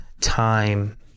time